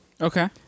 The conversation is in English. Okay